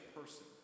person